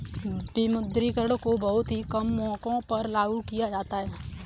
विमुद्रीकरण को बहुत ही कम मौकों पर लागू किया जाता है